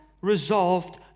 resolved